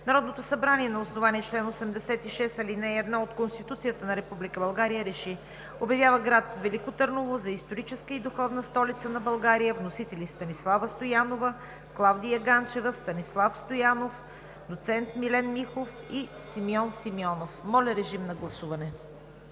Народното събрание на основание чл. 86, ал. 1 от Конституцията на Република България РЕШИ: Обявява град Велико Търново за „Историческа и духовна столица на България“. Вносители са Станислава Стоянова, Клавдия Ганчева, Станислав Стоянов, доцент Милен Михов и Симеон Симеонов. Гласували